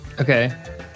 Okay